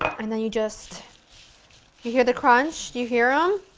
and then you just you hear the crunch? do you hear um